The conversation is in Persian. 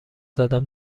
زدم